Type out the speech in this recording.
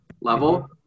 level